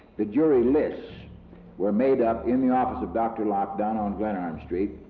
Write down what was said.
the jury lists were made up in the office of dr. locke down on glenarm street.